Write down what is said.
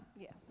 Yes